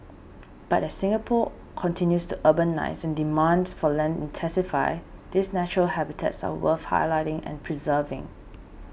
but as Singapore continues to urbanise and demand for land intensifies these natural habitats are worth highlighting and preserving